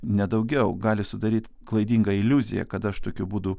ne daugiau gali sudaryt klaidingą iliuziją kad aš tokiu būdu